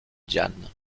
diane